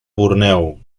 borneo